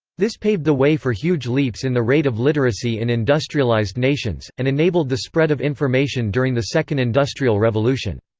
this paved the way for huge leaps in the rate of literacy in industrialised nations, and enabled the spread of information during the second industrial revolution.